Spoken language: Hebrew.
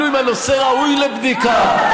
אפילו אם הנושא ראוי לבדיקה,